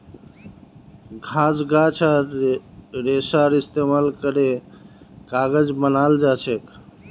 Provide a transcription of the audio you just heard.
घास गाछ आर रेशार इस्तेमाल करे कागज बनाल जाछेक